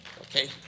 okay